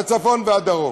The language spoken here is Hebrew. הצפון והדרום.